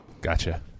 Gotcha